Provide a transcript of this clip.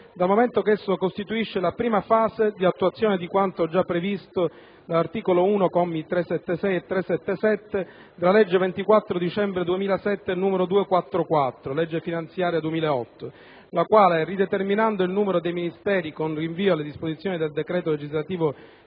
dal momento che esso costituisce la prima fase di attuazione di quanto già previsto dall'articolo 1, commi 376 e 377, della legge 24 dicembre 2007, n. 244 (legge finanziaria 2008), la quale, rideterminando il numero dei Ministeri con rinvio alle disposizioni del decreto legislativo